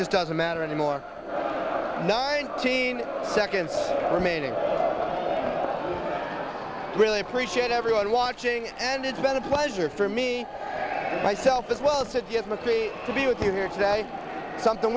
just doesn't matter anymore nineteen seconds remaining really appreciate everyone watching and it's been a pleasure for me myself as well said yes mcphee to be with here today something